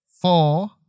Four